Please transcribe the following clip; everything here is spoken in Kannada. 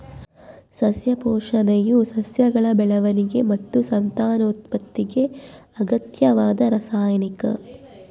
ಸಸ್ಯ ಪೋಷಣೆಯು ಸಸ್ಯಗಳ ಬೆಳವಣಿಗೆ ಮತ್ತು ಸಂತಾನೋತ್ಪತ್ತಿಗೆ ಅಗತ್ಯವಾದ ರಾಸಾಯನಿಕ